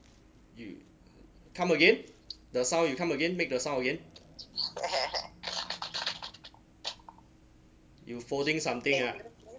you come again the sound you come again make the sound again ahead you folding something ah